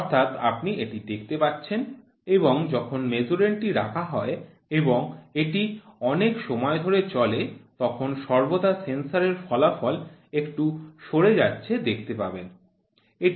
অর্থাৎ আপনি এটি দেখতে পাচ্ছেন এবং যখন ম্যাসুরেন্ড টি রাখা হয় এবং এটি অনেক সময় ধরে চলে তখন সর্বদা সেন্সরের ফলাফল একটু সরে যাচ্ছে দেখতে পাবেন